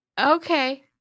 Okay